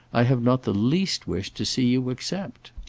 i have not the least wish to see you accept.